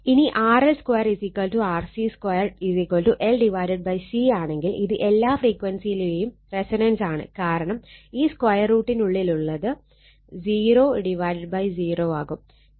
ഇനി RL2 RC2 LC ആണെങ്കിൽ ഇത് എല്ലാ ഫ്രീക്വൻസിയിലെയും റെസൊണൻസാണ് കാരണം ഈ സ്ക്വയർ റൂട്ടിനുള്ളിലുള്ളത് 00 ആവും